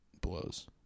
Blows